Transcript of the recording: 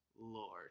Lord